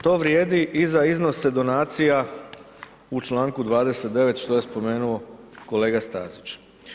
To vrijedi i za iznose donacija u članku 29., što je spomenuo kolega Stazić.